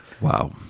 Wow